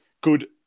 good